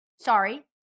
Sorry